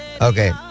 Okay